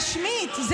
רשמית,